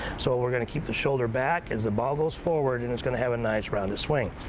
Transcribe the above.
so, we're going to keep the shoulder back as the ball goes forward and it's going to have a nice, rounded swing.